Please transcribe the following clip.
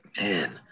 Man